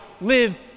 live